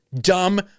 Dumb